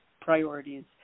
priorities